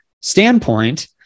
standpoint